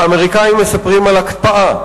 לאמריקנים מספרים על הקפאה,